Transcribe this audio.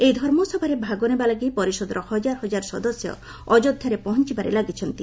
ଏହି ଧର୍ମସଭାରେ ଭାଗ ନେବାଲାଗି ପରିଷଦର ହଜାର ହଜାର ସଦସ୍ୟ ଅଯୋଧ୍ୟାରେ ପହଞ୍ଚବାରେ ଲାଗିଛନ୍ତି